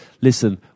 listen